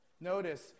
Notice